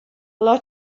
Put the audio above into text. lot